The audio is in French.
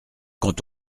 quand